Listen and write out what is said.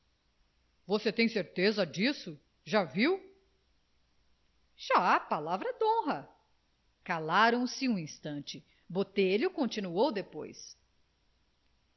você tem certeza disso já viu já palavra dhonra calaram-se um instante botelho continuou depois